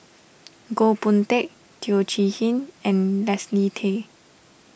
Goh Boon Teck Teo Chee Hean and Leslie Tay